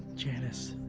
janice!